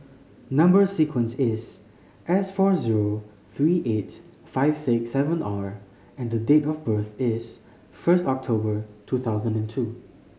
number sequence is S four zero three eight five six seven R and date of birth is first October two thousand and two